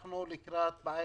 אנחנו לקראת בעיה